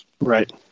Right